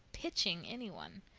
pitching any one.